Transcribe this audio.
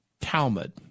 Talmud